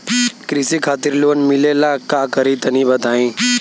कृषि खातिर लोन मिले ला का करि तनि बताई?